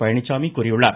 பழனிச்சாமி கூறியுள்ளார்